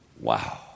Wow